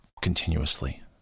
continuously